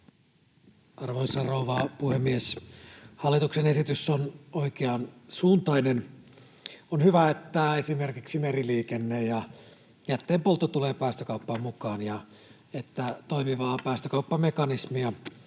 Arvoisa rouva puhemies! Hallituksen esitys on oikeansuuntainen. On hyvä, että esimerkiksi meriliikenne ja jätteenpoltto tulevat päästökauppaan mukaan ja että toimivaa päästövähennysmekanismia